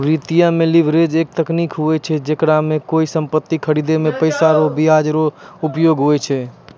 वित्त मे लीवरेज एक तकनीक हुवै छै जेकरा मे कोय सम्पति खरीदे मे पैसा रो ब्याज रो उपयोग हुवै छै